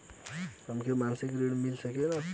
हमके मासिक ऋण मिल सकेला?